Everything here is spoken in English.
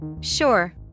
Sure